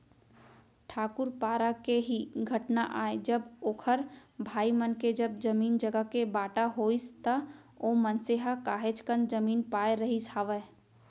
ठाकूर पारा के ही घटना आय जब ओखर भाई मन के जब जमीन जघा के बाँटा होइस त ओ मनसे ह काहेच कन जमीन पाय रहिस हावय